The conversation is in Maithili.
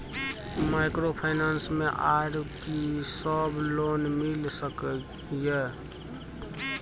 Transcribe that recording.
माइक्रोफाइनेंस मे आर की सब लोन मिल सके ये?